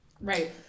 Right